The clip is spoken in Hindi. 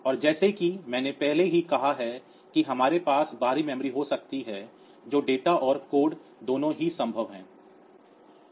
और जैसा कि मैंने पहले ही कहा है कि हमारे पास बाहरी मेमोरी हो सकती है जो डेटा और कोड दोनों ही संभव है